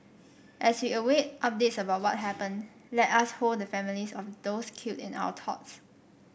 as we await updates about what happened let us hold the families of those killed in our thoughts